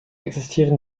existieren